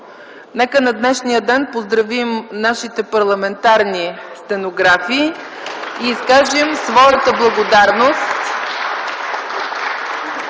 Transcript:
Нека на днешния ден поздравим нашите парламентарни стенографи и изкажем своята благодарност